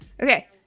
Okay